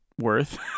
worth